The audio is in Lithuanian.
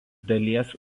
dalies